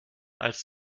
als